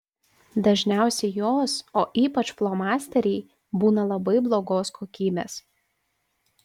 dažniausiai jos o ypač flomasteriai būna labai blogos kokybės